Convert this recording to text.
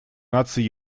наций